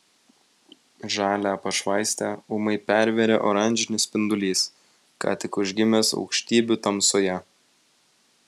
žalią pašvaistę ūmai pervėrė oranžinis spindulys ką tik užgimęs aukštybių tamsoje